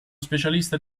specialista